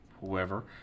whoever